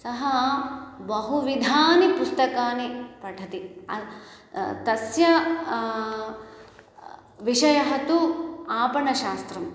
सः बहुविधानि पुस्तकानि पठति अ तस्य विषयः तु आपणशास्त्रम्